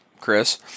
Chris